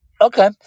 Okay